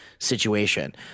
Situation